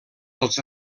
dels